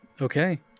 Okay